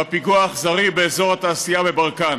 בפיגוע אכזרי באזור התעשייה בברקן.